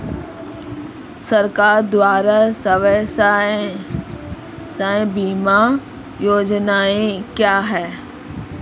सरकार द्वारा स्वास्थ्य बीमा योजनाएं क्या हैं?